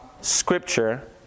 scripture